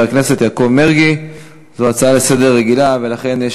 הצעה לסדר-היום מס'